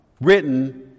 written